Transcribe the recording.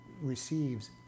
receives